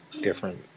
different